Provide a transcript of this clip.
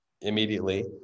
immediately